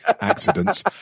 accidents